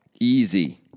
Easy